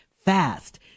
fast